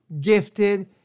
gifted